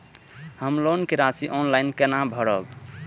हम लोन के राशि ऑनलाइन केना भरब?